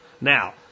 Now